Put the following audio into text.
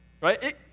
right